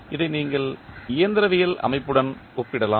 இதை நீங்கள் இயந்திரவியல் அமைப்புடன் ஒப்பிடலாம்